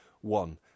One